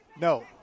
No